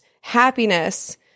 happiness